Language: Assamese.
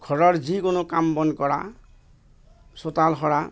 ঘৰৰ যিকোনো কাম বন কৰা চোতাল সৰা